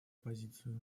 позицию